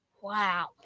Wow